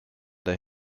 der